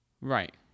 right